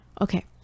Okay